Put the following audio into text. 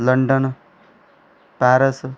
London Paris